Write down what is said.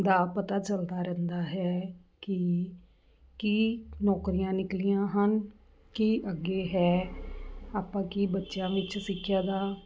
ਦਾ ਪਤਾ ਚੱਲਦਾ ਰਹਿੰਦਾ ਹੈ ਕੀ ਕੀ ਨੌਕਰੀਆਂ ਨਿਕਲੀਆਂ ਹਨ ਕੀ ਅੱਗੇ ਹੈ ਆਪਾਂ ਕੀ ਬੱਚਿਆ ਵਿੱਚ ਸਿੱਖਿਆ ਦਾ